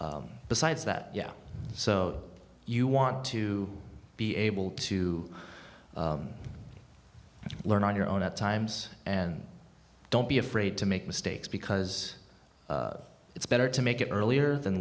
besides that yeah so you want to be able to learn on your own at times and don't be afraid to make mistakes because it's better to make it earlier than